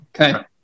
Okay